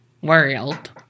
World